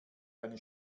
eine